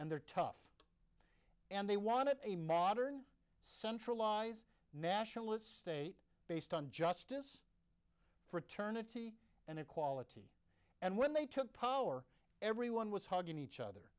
and they're tough and they wanted a modern centralized nationalist state based on justice for eternity and equality and when they took power everyone was hugging each other